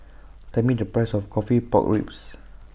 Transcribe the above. Tell Me The Price of Coffee Pork Ribs